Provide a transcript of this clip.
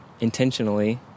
intentionally